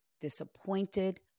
disappointed